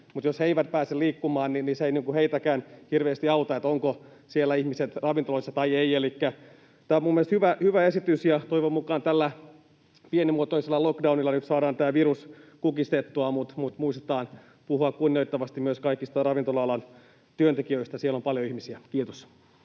mutta jos he eivät pääse liikkumaan, niin se ei heitäkään hirveästi auta, ovatko ihmiset ravintoloissa vai eivät. Tämä on minun mielestäni hyvä esitys, ja toivon mukaan tällä pienimuotoisella lock-downilla nyt saadaan tämä virus kukistettua. Mutta muistetaan puhua kunnioittavasti myös kaikista ravintola-alan työntekijöistä, siellä on paljon ihmisiä. — Kiitos.